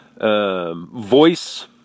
Voice